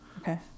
Okay